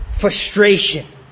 frustration